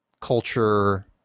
culture